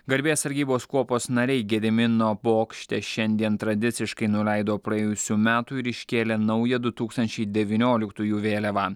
garbės sargybos kuopos nariai gedimino bokšte šiandien tradiciškai nuleido praėjusių metų ir iškėlė naują du tūkstančiai devynioliktųjų vėliavą